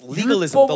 legalism